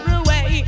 away